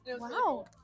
Wow